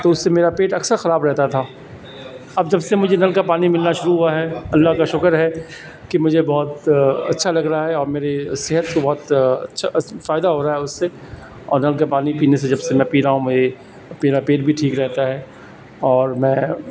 تو اس سے میرا پیٹ اکثر خراب رہتا تھا اب جب سے مجھے نل کا پانی ملنا شروع ہوا ہے اللہ کا شکر ہے کہ مجھے بہت اچھا لگ رہا ہے اور میری صحت کو بہت اچھا فائدہ ہو رہا ہے اس سے اور نل کا پانی پینے سے جب سے میں پی رہا ہوں میرے پیرا پیٹ بھی ٹھیک رہتا ہے اور میں